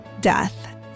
death